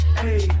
hey